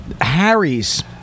Harry's